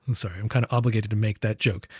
and sorry. i'm kind of obligated to make that joke,